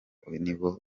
nibo